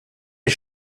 est